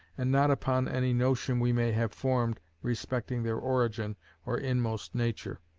and not upon any notion we may have formed respecting their origin or inmost nature.